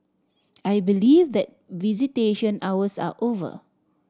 I believe that visitation hours are over